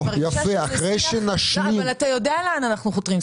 אתה יודע לאן אנחנו חותרים.